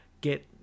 get